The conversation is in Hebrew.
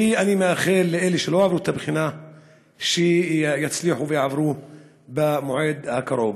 ואני מאחל לאלה שלא עברו את הבחינה שיצליחו ויעברו במועד הקרוב.